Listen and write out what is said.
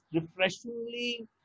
refreshingly